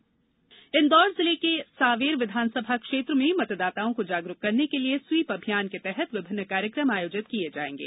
SVEEP अभियान इंदौर जिले के सांवेर विधानसभा क्षेत्र में मतदाताओं को जागरुक करने के लिये स्वीप अभियान के तहत विभिन्न कार्यक्रम आयोजित किये जायेंगे